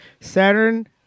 Saturn